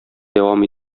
дәвам